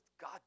God